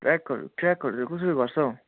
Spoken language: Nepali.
ट्र्याकहरू ट्र्याकहरू कसरी गर्छ हौ